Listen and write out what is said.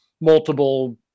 multiple